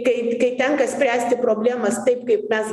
kaip kai tenka spręsti problemas taip kaip mes